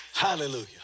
Hallelujah